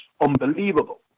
unbelievable